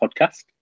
podcast